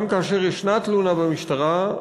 גם כאשר יש תלונה במשטרה,